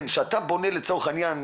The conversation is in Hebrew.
לציין כשאתה בונה לצורך העניין,